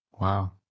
Wow